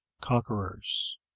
conquerors